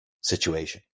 situation